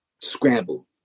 scramble